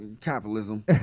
Capitalism